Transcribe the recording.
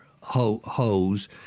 hose